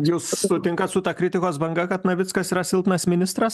jūs sutinkat su ta kritikos banga kad navickas yra silpnas ministras